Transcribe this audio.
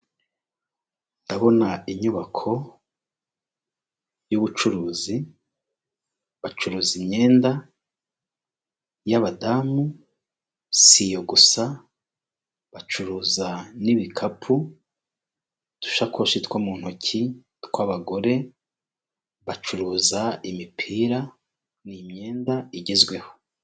Ndabona inyubako y'ubucuruzi, bacuruza imyenda y''adamu, si iyo gusa, bacuruza n'ibikapu, udushakoshi two mu ntoki tw'abagore, bacuruza imipira, ni imyenda igezweho.